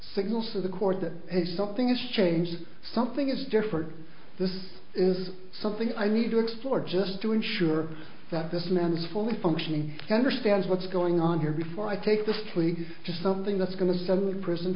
signals to the court that he something has changed something is different this is something i need to explore just to ensure that this man is fully functioning understands what's going on here before i take this please just something that's going to suddenly prison